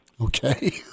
Okay